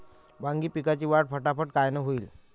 वांगी पिकाची वाढ फटाफट कायनं होईल?